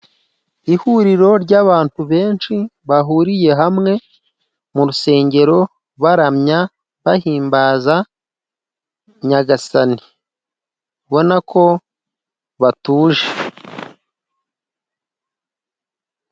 Ihuriro ry'abantu benshi, bahuriye hamwe mu rusengero baramya, bahimbaza nyagasani, ubona ko batuje.